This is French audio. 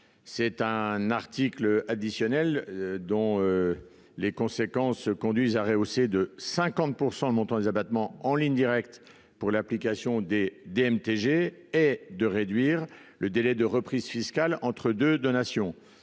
c'est un article additionnel dont les conséquences se conduisent à rehausser de 50 % le montant des abattements en ligne directe pour l'application des dès MTG et de réduire le délai de reprise fiscale entre 2 donations